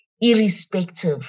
irrespective